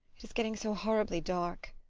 it is getting so horribly dark.